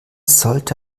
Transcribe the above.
sollte